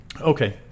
okay